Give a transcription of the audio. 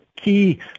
key